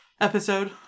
episode